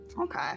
Okay